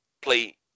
play